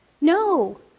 No